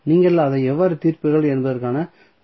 நீங்கள் அதை எவ்வாறு தீர்ப்பீர்கள் என்பதற்கான துப்பு தருகிறேன்